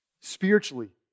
spiritually